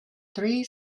three